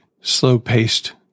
slow-paced